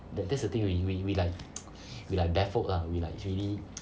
ya that's the thing we we we like we like baffled lah we like actually